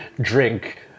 drink